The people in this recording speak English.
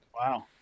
Wow